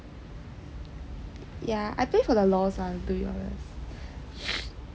yeah I play for the LOL [one] to be honest